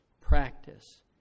practice